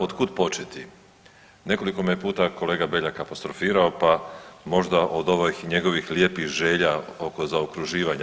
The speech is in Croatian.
Otkud početi, nekoliko me je puta kolega Beljak apostrofirao, pa možda od ovih njegovih lijepih želja oko zaokruživanja.